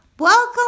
Welcome